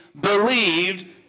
believed